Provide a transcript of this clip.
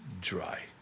dry